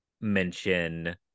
mention